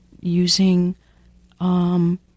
using –